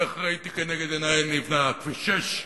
כך ראיתי לנגד עיני נבנה כביש 6,